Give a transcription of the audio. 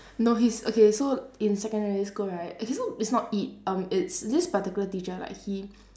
no he's okay so in secondary school right actually no it's not eat um it's this particular teacher like he